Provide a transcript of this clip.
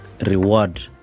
reward